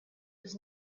was